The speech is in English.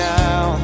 now